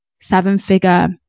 seven-figure